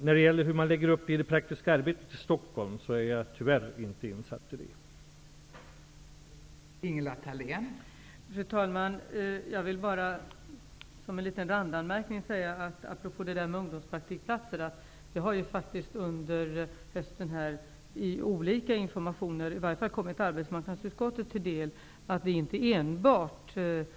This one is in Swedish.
När det gäller frågan om uppläggningen av det praktiska arbetet i Stockholm, är jag tyvärr inte insatt i det arbetet.